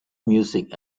music